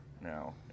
now